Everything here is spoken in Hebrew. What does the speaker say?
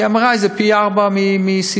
כי MRI עולה פי-ארבעה מ-CT.